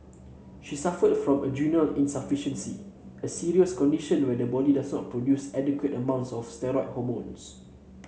she suffered from adrenal insufficiency a serious condition where the body does not produce adequate amounts of steroid hormones